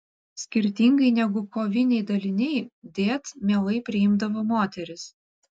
skirtingai negu koviniai daliniai dėt mielai priimdavo moteris